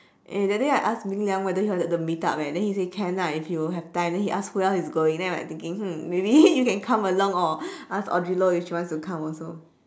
eh that day I ask ming liang whether he wanted to meet up leh then he say can lah if he will have time then he ask who else is going then I'm like thinking hmm maybe you can come along or ask audrey loh if she wants to come also